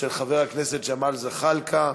של חבר הכנסת ג'מאל זחאלקה.